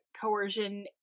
coercion